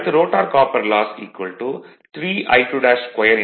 அடுத்து rotor copper loss 3 I22 r2 1